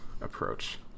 approach